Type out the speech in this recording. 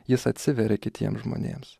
jis atsiveria kitiems žmonėms